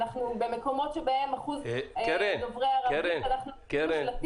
במקומות שבהם יש דוברי ערבית -- קרן,